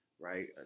right